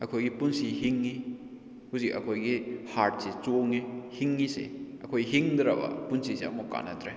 ꯑꯩꯈꯣꯏꯒꯤ ꯄꯨꯟꯁꯤ ꯍꯤꯡꯉꯤ ꯍꯨꯖꯤꯛ ꯑꯩꯈꯣꯏꯒꯤ ꯍꯥꯔꯠꯁꯦ ꯆꯣꯡꯉꯤ ꯍꯤꯡꯉꯤꯁꯦ ꯑꯩꯈꯣꯏ ꯍꯤꯡꯗ꯭ꯔꯕ ꯄꯨꯟꯁꯤꯁꯦ ꯑꯃꯨꯛ ꯀꯥꯟꯅꯗ꯭ꯔꯦ